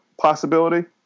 possibility